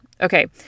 Okay